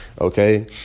okay